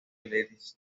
les